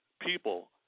people